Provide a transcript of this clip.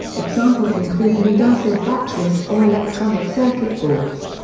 examples include lead-acid batteries or electronic circuit boards.